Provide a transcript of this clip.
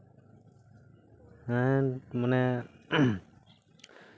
ᱦᱮᱸ ᱢᱟᱱᱮ